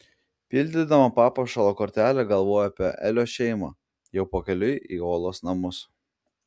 pildydama papuošalo kortelę galvojo apie elio šeimą jau pakeliui į uolos namus